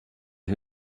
who